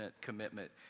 commitment